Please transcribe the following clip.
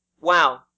wow